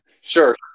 Sure